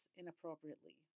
inappropriately